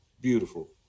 beautiful